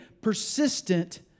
persistent